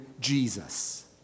Jesus